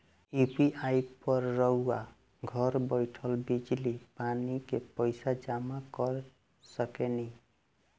UPI पर रउआ घर बईठल बिजली, पानी के पइसा जामा कर सकेनी